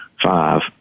five